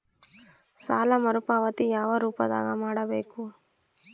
ಸಾಲ ಮರುಪಾವತಿ ಯಾವ ರೂಪದಾಗ ಮಾಡಬೇಕು?